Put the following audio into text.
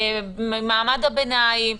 ממעמד הביניים,